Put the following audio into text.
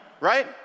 right